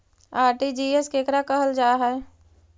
RTGS केकरा कहल जा है?